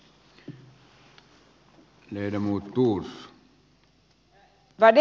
värderade talman